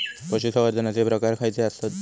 पशुसंवर्धनाचे प्रकार खयचे आसत?